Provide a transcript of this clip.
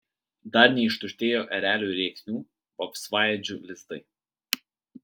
dar neištuštėjo erelių rėksnių vapsvaėdžių lizdai